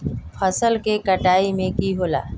फसल के कटाई में की होला?